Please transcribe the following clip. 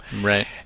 Right